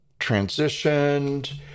transitioned